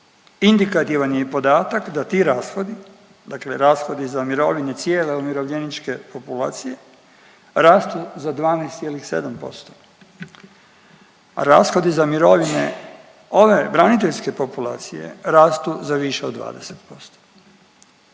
Indikativan je i podatak da ti rashodi, dakle rashodi za mirovine cijele umirovljeničke populacije rastu za 12,7%. Rashodi za mirovine ove braniteljske populacije rastu za više od 20%.